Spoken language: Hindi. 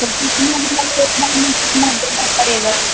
तो कितना कितना देना पड़ेगा